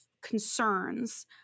concerns